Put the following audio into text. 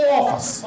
office